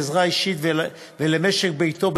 לעזרה אישית במשק ביתו,